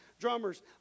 drummers